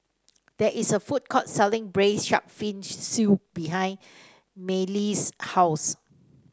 there is a food court selling Braised Shark Fin Soup behind Mayme's house